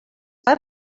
per